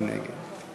מי נגד?